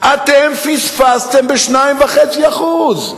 אתם פספסתם ב-2.5%.